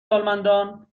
سالمندان